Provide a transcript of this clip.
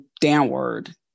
downward